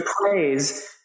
praise